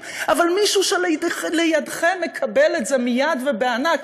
אבל מישהו שלידכם מקבל את זה מייד ובענק,